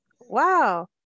Wow